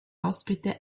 ospite